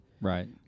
Right